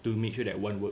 to make sure that one work